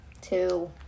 two